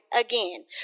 again